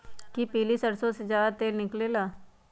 कि पीली सरसों से ज्यादा तेल निकले ला?